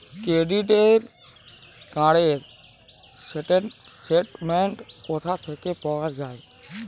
Credit card র statement কোথা থেকে পাওয়া যাবে?